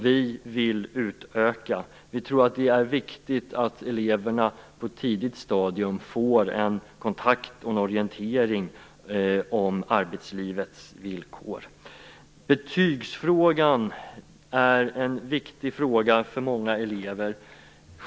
Vi vill utöka den tiden. Vi tror att det är viktigt att eleverna på ett tidigt stadium får en kontakt med och en orientering om arbetslivets villkor. Betygsfrågan är viktig för många elever.